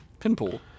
pinpool